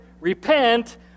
repent